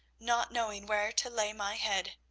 not knowing where to lay my head.